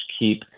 keep